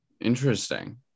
Interesting